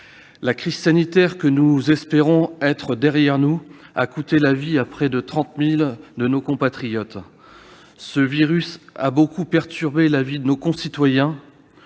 La crise sanitaire, que nous espérons être derrière nous, a coûté la vie à près de 30 000 de nos compatriotes. Ce virus a beaucoup perturbé la vie de nos concitoyens,